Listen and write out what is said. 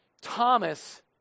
Thomas